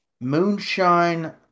Moonshine